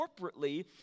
corporately